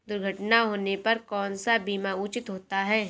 दुर्घटना होने पर कौन सा बीमा उचित होता है?